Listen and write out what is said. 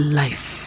life